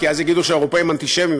כי אז יגידו שהאירופים אנטישמים,